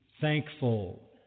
thankful